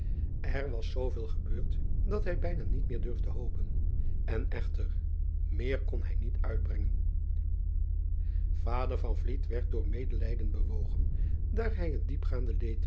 r was zooveel gebeurd dat hij bijna niet meer durfde hopen en echter eer kon hij niet uitbrengen ader werd door medelijden bewogen daar hij het diepgaande